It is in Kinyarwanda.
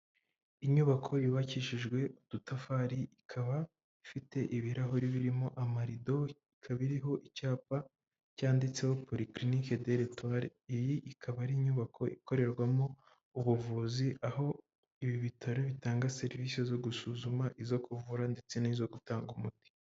Inyubako yubakishijwe udutafari, ikaba ifite ibirahuri birimo amarido, ikaba iriho icyapa cyanditseho porikirinike de retware. Iyi ikaba ari inyubako ikorerwamo ubuvuzi, aho ibi bitaro bitanga serivise zo gusuzuma, izo kuvura, ndetse n'izo gutanga umuti.